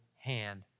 hand